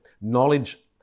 Knowledge